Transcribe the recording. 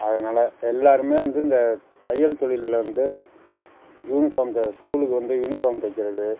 அதனால எல்லோருமே வந்து இந்த தையல் தொழிலில் வந்து யூனிஃபார்ம் க ஸ்கூலுக்கு வந்து யூனிஃபார்ம் தைக்கிறது